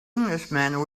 englishman